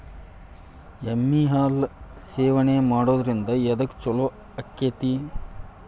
ಎಮ್ಮಿ ಹಾಲು ಸೇವನೆ ಮಾಡೋದ್ರಿಂದ ಎದ್ಕ ಛಲೋ ಆಕ್ಕೆತಿ?